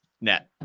net